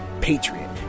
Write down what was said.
patriot